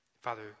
Father